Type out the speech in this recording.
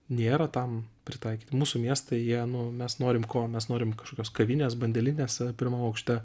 nėra tam pritaikyti mūsų miestai jie nu mes norim ko mes norim kažkokios kavinės bandelinės pirmam aukšte